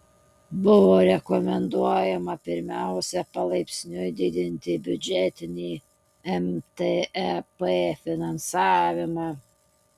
buvo rekomenduojama pirmiausia palaipsniui didinti biudžetinį mtep finansavimą